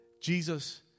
Jesus